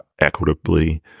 equitably